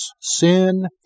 sin